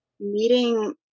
meeting